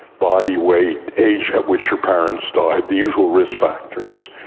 body weight, age at which your parents died, the usual risk factors,